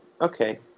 Okay